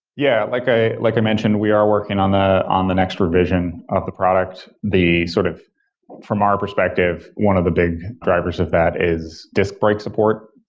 yeah. like i like i mentioned, we are working on that on the next revision of the product. the sort of from our perspective, one of the big drivers of that is disc brake support,